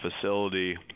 facility